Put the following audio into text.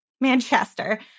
Manchester